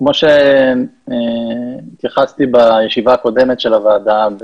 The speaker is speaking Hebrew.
כמו שהתייחסתי בישיבה הקודמת של הוועדה,